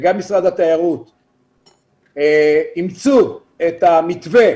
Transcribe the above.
וגם משרד התיירות אימצו את המתווה